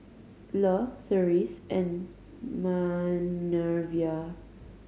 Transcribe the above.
Le Therese and Manervia